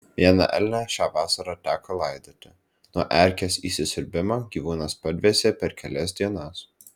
vieną elnią šią vasarą teko laidoti nuo erkės įsisiurbimo gyvūnas padvėsė per kelias dienas